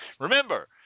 Remember